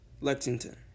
Lexington